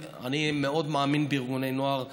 אני מאוד מאמין בארגוני נוער בכלל,